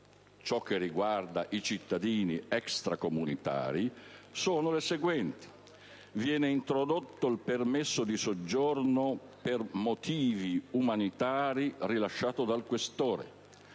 ciò che riguarda i cittadini extracomunitari - sono le seguenti. Viene introdotto il permesso di soggiorno per motivi umanitari rilasciato dal questore.